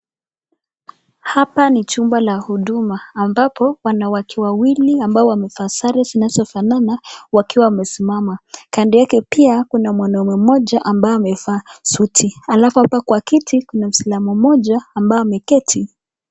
Hapa ni chumba la huduma ambapo wanawake wawili ambao wamevaa sare zinazofanana wakiwa wamesimama. Kando yake pia kuna mwanaume mmoja ambao amevaa suti, alafu hapa kwa kiti kuna muislam mmoja ambao ameketi.